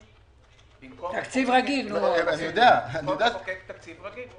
במקום לחוקק חוק תקציב רגיל.